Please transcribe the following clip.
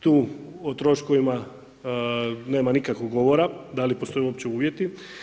Tu o troškovima nema nikakvog govora da li postoje uopće uvjeti.